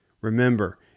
Remember